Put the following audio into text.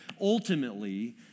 ultimately